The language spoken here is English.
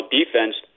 defense